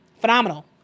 phenomenal